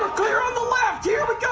ah clear on the left here we go,